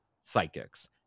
psychics